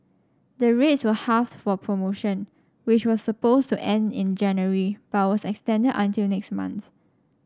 the rates were halved for the promotion which was supposed to end in January but was extended until next month